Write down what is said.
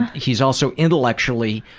he's also intellectually.